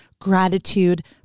gratitude